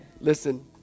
listen